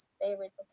favorites